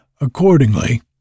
Accordingly